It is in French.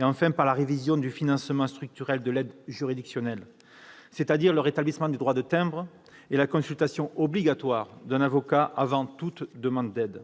enfin, par la révision du financement structurel de l'aide juridictionnelle, c'est-à-dire le rétablissement du droit de timbre et la consultation obligatoire d'un avocat avant toute demande d'aide.